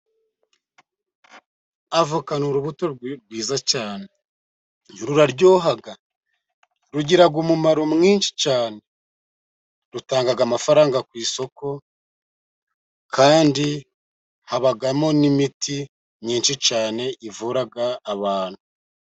Avoka ni urubuto rwiza cyane ruraryoha, rugira umumaro mwinshi cyane rutanga amafaranga ku isoko, kandi habamo n'imiti myinshi cyane ivura abantu.